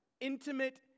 intimate